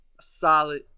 solid